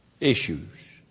Issues